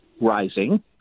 rising